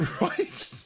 Right